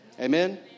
Amen